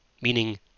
meaning